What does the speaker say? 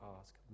ask